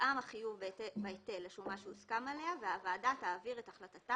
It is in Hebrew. יותאם החיוב בהיטל לשומה שהוסכם עליה והוועדה תעביר את החלטתה